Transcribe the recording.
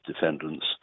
defendants